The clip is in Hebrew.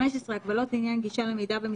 הגבלות לעניין15.